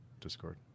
discord